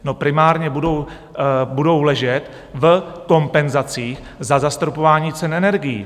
No primárně budou ležet v kompenzacích za zastropování cen energií.